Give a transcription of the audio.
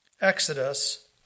Exodus